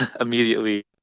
immediately